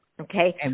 Okay